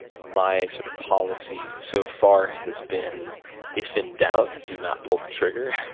my sort of policy so far has been if in doubt, do not pull the trigger.